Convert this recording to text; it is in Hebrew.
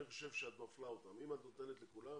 אני חושב שאת מפלה אותם, אם את נותנת לכולם.